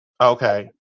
Okay